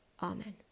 Amen